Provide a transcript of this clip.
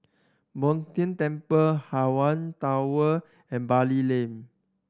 Tien Temple Hawaii Tower and Bali Lane